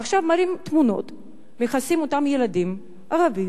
ועכשיו מראים תמונות של אותם ילדים ערבים,